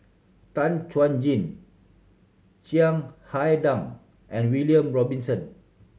Tan Chuan Jin Chiang Hai Dang and William Robinson